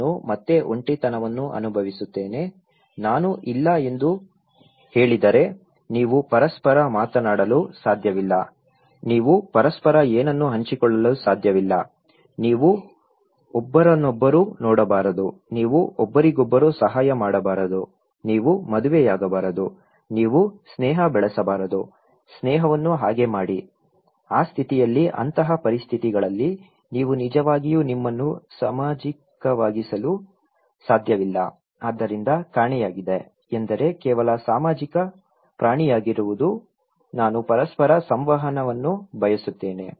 ನಾನು ಮತ್ತೆ ಒಂಟಿತನವನ್ನು ಅನುಭವಿಸುತ್ತೇನೆ ನಾನು ಇಲ್ಲ ಎಂದು ಹೇಳಿದರೆ ನೀವು ಪರಸ್ಪರ ಮಾತನಾಡಲು ಸಾಧ್ಯವಿಲ್ಲ ನೀವು ಪರಸ್ಪರ ಏನನ್ನೂ ಹಂಚಿಕೊಳ್ಳಲು ಸಾಧ್ಯವಿಲ್ಲ ನೀವು ಒಬ್ಬರನ್ನೊಬ್ಬರು ನೋಡಬಾರದು ನೀವು ಒಬ್ಬರಿಗೊಬ್ಬರು ಸಹಾಯ ಮಾಡಬಾರದು ನೀವು ಮದುವೆಯಾಗಬಾರದು ನೀವು ಸ್ನೇಹ ಬೆಳೆಸಬಾರದು ಸ್ನೇಹವನ್ನು ಹಾಗೆ ಮಾಡಿ ಆ ಸ್ಥಿತಿಯಲ್ಲಿ ಅಂತಹ ಪರಿಸ್ಥಿತಿಗಳಲ್ಲಿ ನೀವು ನಿಜವಾಗಿಯೂ ನಿಮ್ಮನ್ನು ಸಾಮಾಜಿಕವಾಗಿಸಲು ಸಾಧ್ಯವಿಲ್ಲ ಆದ್ದರಿಂದ ಕಾಣೆಯಾಗಿದೆ ಎಂದರೆ ಕೇವಲ ಸಾಮಾಜಿಕ ಪ್ರಾಣಿಯಾಗಿರುವುದು ನಾನು ಪರಸ್ಪರ ಸಂವಹನವನ್ನು ಬಯಸುತ್ತೇನೆ